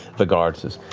the guard says,